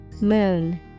Moon